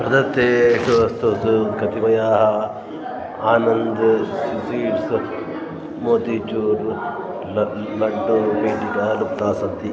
प्रदत्तेषु वस्तुषु कतिपयाः आनन्द् स् स्वीट्स् मोतिचूर् ल लड्डुपेटिका लुप्ताः सन्ति